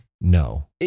No